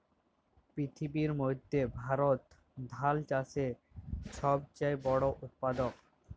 পিথিবীর মইধ্যে ভারত ধাল চাষের ছব চাঁয়ে বড় উৎপাদক